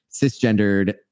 cisgendered